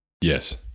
Yes